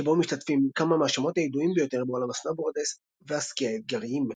שבו משתתפים כמה מהשמות הידועים ביותר בעולם הסנובורד והסקי האתגריים.